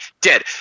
Dead